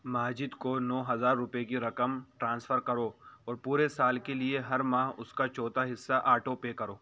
ماجد کو نو ہزار روپے کی رقم ٹرانسفر کرو اور پورے سال کے لیے ہر ماہ اس کا چوتھا حصہ آٹو پے کرو